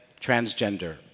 transgender